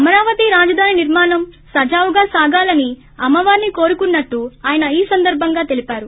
అమరావతి రాజధాని నిర్మాణం సజావుగా సాగాలని అమ్మవారిని కోరుకున్సట్టు ఆయన ఈ సందర్బంగా తెలిపారు